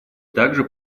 также